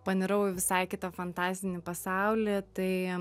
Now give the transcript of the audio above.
panirau į visai kitą fantastinį pasaulį tai